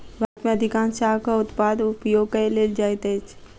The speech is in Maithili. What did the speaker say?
भारत में अधिकाँश चाहक उत्पाद उपयोग कय लेल जाइत अछि